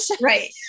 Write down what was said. Right